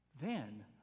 Then